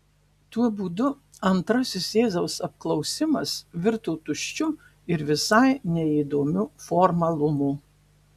tuo būdu antrasis jėzaus apklausimas virto tuščiu ir visai neįdomiu formalumu